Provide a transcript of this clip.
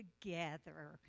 together